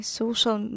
social